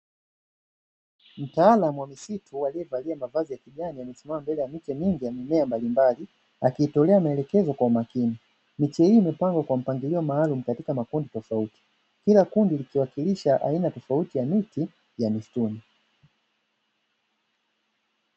Mtaalamu wa misitu aliyevalia mavazi ya kijani amesimama mbele ya miche mingi ya mimea mbalimbali, akiitolea maelekezo kwa umakini. Miche hii imepangwa kwa mpangilio maalumu katika makundi tofauti. Kila kundi likiwakilisha aina tofauti ya miti ya misituni.